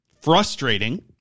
frustrating